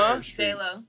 J-Lo